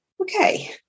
okay